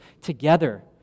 together